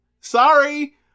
sorry